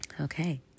Okay